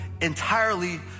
entirely